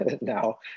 now